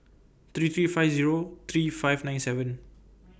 three three five Zero three five nine seven